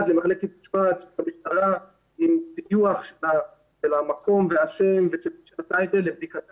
למחלקת משמעת של המשטרה עם דיווח של המקום והשם --- לבדיקתם.